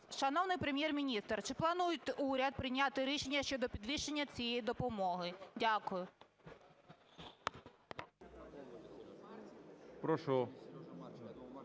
Шановний Прем'єр-міністр, чи планує уряд прийняти рішення щодо підвищення цієї допомоги? Дякую.